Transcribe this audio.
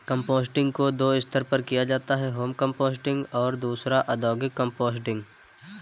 composting को दो स्तर पर किया जाता है होम कंपोस्टिंग और दूसरा औद्योगिक कंपोस्टिंग